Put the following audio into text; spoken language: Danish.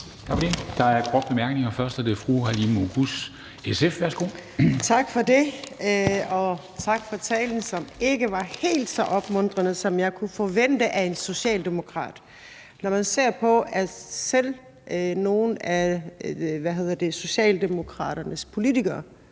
Der er korte bemærkninger. Det er først fru Halime Oguz, SF. Værsgo. Kl. 13:08 Halime Oguz (SF): Tak for det. Og tak for talen, som ikke var helt så opmuntrende, som jeg kunne forvente af en socialdemokrat. Når man ser på, at selv nogle af Socialdemokraternes politikere